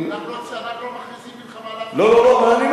אנחנו לא מכניסים מלחמה, לא, לא, לא.